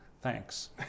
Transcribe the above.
Thanks